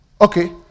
Okay